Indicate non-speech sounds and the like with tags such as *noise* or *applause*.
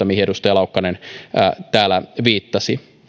*unintelligible* mihin edustaja laukkanen täällä viittasi *unintelligible*